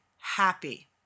happy